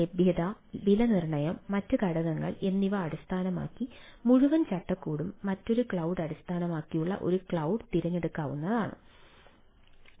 ലഭ്യത വിലനിർണ്ണയം മറ്റ് ഘടകങ്ങൾ എന്നിവ അടിസ്ഥാനമാക്കി മുഴുവൻ ചട്ടക്കൂടും മറ്റൊരു ക്ലൌഡ് അടിസ്ഥാനമാക്കിയുള്ള ഒരു ക്ലൌഡ് തിരഞ്ഞെടുക്കാനിടയുണ്ട്